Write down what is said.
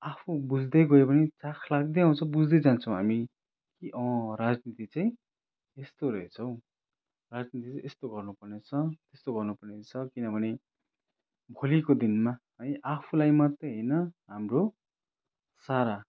आफू बुझ्दै गयो भने चाख लाग्दै आउँछ बुझ्दै जान्छौँ हामी अँ राजनीति चाहिँ यस्तो रहेछ हौ राजनीति चाहिँ यस्तो गर्नु पर्ने रहेछ यस्तो गर्नु पर्ने रहेछ किनभने भोलिको दिनमा है आफूलाई मात्रै होइन हाम्रो सारा